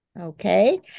Okay